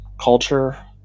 culture